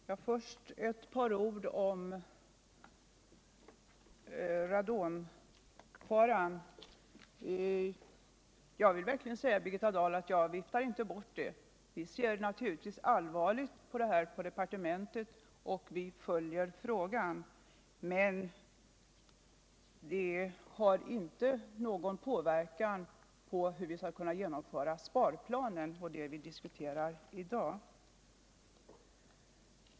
Herr talman! Först några ord om radonfaran. Jag vill säga till Birgitta Dahlatt jag verkligen inte viftar bort radonfaran. Vi ser naturligtvis allvarligt på denna fråga, som vi följer i departementet, men den påverkar inte genomförandet av sparplanen, och det är ju den vi debatterar 1 dag.